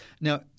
Now